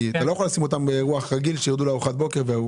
כי אתה לא יכול לשים אותם באירוח רגיל שירדו לארוחת בוקר.